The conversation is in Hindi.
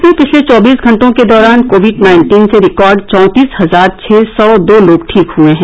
देश में पिछले चौबीस घंटे के दौरान कोविड नाइन्टीन से रिकॉर्ड चौंतीस हजार छ सौ दो लोग ठीक हुए हैं